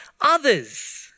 others